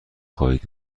خواهید